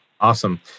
Awesome